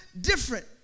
different